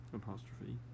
apostrophe